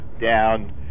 down